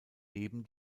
neben